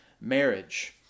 marriage